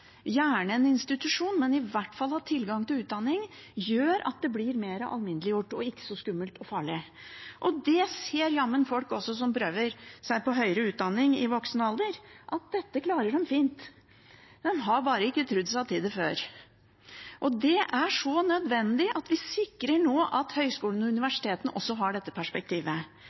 gjerne en institusjon, men i hvert fall få tilgang til utdanning, gjør at det blir mer alminneliggjort og ikke så skummelt og farlig. Det ser jammen også folk som prøver seg på høyere utdanning i voksen alder – at dette klarer de fint, de har bare ikke trodd på det før. Det er nødvendig at vi nå sikrer at høyskolene og universitetene også har dette perspektivet.